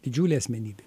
didžiulė asmenybė